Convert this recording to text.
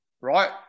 right